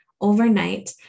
overnight